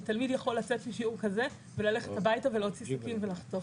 ותלמיד יכול לצאת משיעור כזה וללכת הביתה ולהוציא סכין ולחתוך.